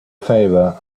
favor